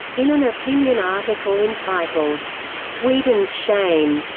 in an opinion article entitled sweden's shame,